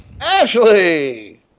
Ashley